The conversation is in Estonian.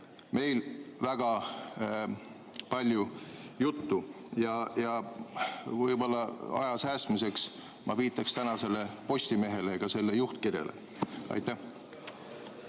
meil väga palju juttu. Võib-olla aja säästmiseks ma viitaks tänasele Postimehele ja selle juhtkirjale. Aitäh!